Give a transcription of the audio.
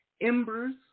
Embers